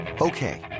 Okay